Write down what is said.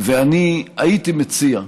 אני הייתי מציע,